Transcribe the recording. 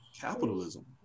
capitalism